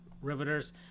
Riveters